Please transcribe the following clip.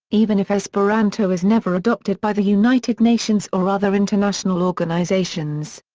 even if esperanto is never adopted by the united nations or other international organizations.